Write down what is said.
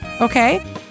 okay